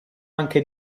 anche